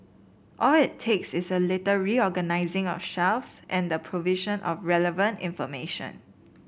all it takes is a little reorganising of shelves and the provision of relevant information